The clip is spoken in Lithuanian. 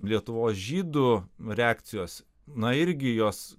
lietuvos žydų reakcijos na irgi jos